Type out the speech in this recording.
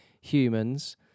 humans